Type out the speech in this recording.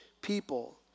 people